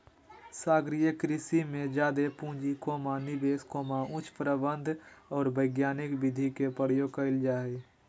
सागरीय कृषि में जादे पूँजी, निवेश, उच्च प्रबंधन और वैज्ञानिक विधि के प्रयोग कइल जा हइ